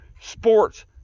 sports